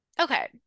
okay